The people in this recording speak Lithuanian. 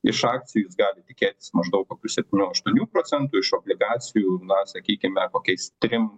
iš akcijų jis gali tikėtis maždaug kokių septynių aštuonių procentų iš obligacijų na sakykime kokiais trim